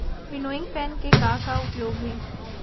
Winnowing fan के का का उपयोग हे?